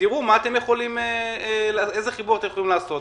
ותראו איזה חיבור אתם יכולים לעשות.